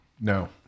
No